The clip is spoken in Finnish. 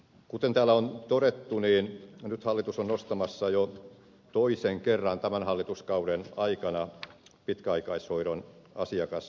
kuten täällä on todettu nyt hallitus on nostamassa jo toisen kerran tämän hallituskauden aikana pitkäaikaishoidon asiakasmaksuja